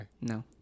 No